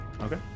Okay